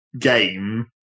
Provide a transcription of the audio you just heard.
game